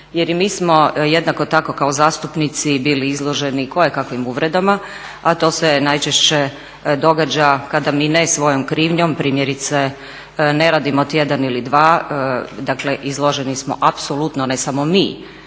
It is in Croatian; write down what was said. jer i mi smo jednako tako kao zastupnici bili izloženi kojekakvim uvredama, a to se najčešće događa kada mi ne svojom krivnjom primjerice ne radimo tjedan ili dva, dakle izloženi smo apsolutno ne samo mi,